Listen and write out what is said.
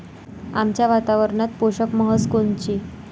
आमच्या वातावरनात पोषक म्हस कोनची?